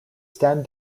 stand